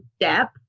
depth